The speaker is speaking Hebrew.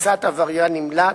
תפיסת עבריין נמלט,